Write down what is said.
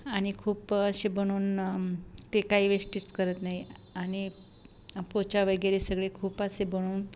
आणि खूप असे बनवून ते काय वेश्टेज करत नाही आणि पोछा वगैरे सर्व खूप असे बनवून